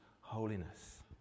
holiness